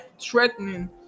threatening